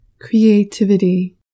Creativity